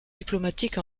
diplomatiques